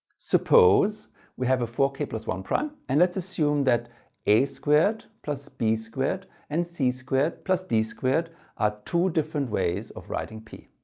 suppose we have a four k one prime and let's assume that a squared plus b squared and c squared plus d squared are two different ways of writing p.